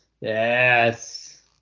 Yes